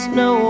no